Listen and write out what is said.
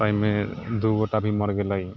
ओहिमे दू गोटा भी मरि गेलै